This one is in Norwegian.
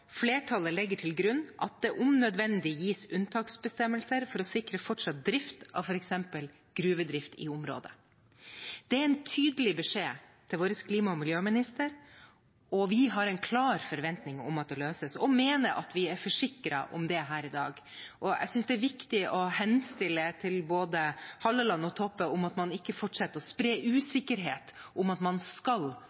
legger til grunn at det om nødvendig gis unntaksbestemmelser for å sikre fortsatt drift av for eksempel gruvevirksomhet i området.» Det er en tydelig beskjed til vår klima- og miljøminister, og vi har en klar forventning om at det løses, og mener at vi er forsikret om det her i dag. Jeg synes det er viktig å henstille til både Halleland og Toppe om å ikke fortsette å spre